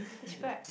describe